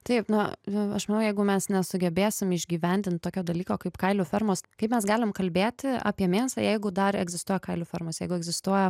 taip na aš manau jeigu mes nesugebėsim išgyvendint tokio dalyko kaip kailių fermos kai mes galim kalbėti apie mėsą jeigu dar egzistuoja kailių fermos jeigu egzistuoja